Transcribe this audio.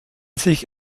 sich